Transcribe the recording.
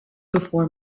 before